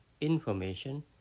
information